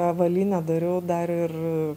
avalynę dariau dar ir